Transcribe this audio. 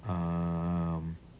um